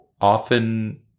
often